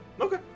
Okay